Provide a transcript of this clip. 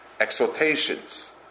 exhortations